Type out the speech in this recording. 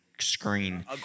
Screen